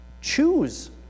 Choose